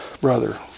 brother